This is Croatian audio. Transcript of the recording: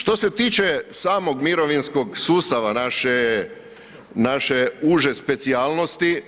Što se tiče samog mirovinskog sustava naše uže specijalnosti